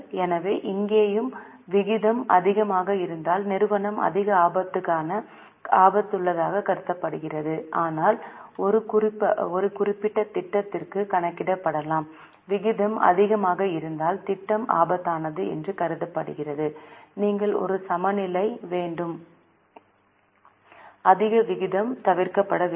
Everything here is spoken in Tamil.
எனவே இங்கேயும் விகிதம் அதிகமாக இருந்தால் நிறுவனம் அதிக ஆபத்தானதாகக் கருதப்படுகிறது அல்லது ஒரு குறிப்பிட்ட திட்டத்திற்கும் கணக்கிடப்படலாம் விகிதம் அதிகமாக இருந்தால் திட்டம் ஆபத்தானது என்று கருதப்படுகிறது உங்களுக்கு ஒரு சமநிலை வேண்டும் அதிக விகிதம் தவிர்க்கப்பட வேண்டும்